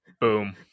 Boom